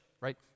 right